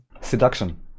Seduction